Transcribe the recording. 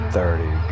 Thirty